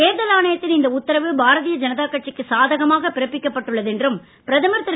தோ்தல் ஆணையத்தின் இந்த உத்தரவு பாரதிய ஜனதா கட்சிக்கு சாதகமாக பிறப்பிக்கப்பட்டுள்ளது என்றும் பிரதமர் திரு